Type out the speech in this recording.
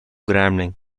grambling